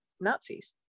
Nazis